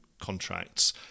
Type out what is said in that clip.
contracts